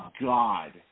God